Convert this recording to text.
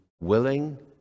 willing